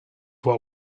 what